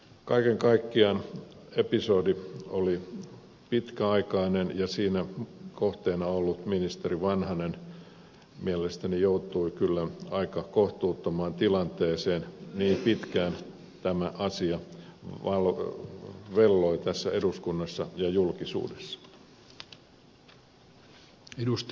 kaiken kaikkiaan episodi oli pitkäaikainen ja siinä kohteena ollut ministeri vanhanen joutui mielestäni kyllä aika kohtuuttomaan tilanteeseen niin pitkään tämä asia velloi tällä eduskunnassa ja julkisuudessa